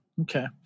okay